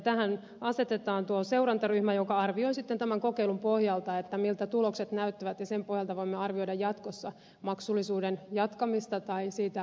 tähän asetetaan tuo seurantaryhmä joka arvioi sitten tämän kokeilun pohjalta miltä tulokset näyttävät ja sen pohjalta voimme arvioida jatkossa maksullisuuden jatkamista tai siitä luopumista